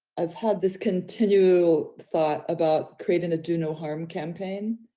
i've had this continue thought about creating a do no harm campaign.